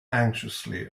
anxiously